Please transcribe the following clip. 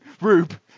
Rube